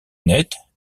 nettes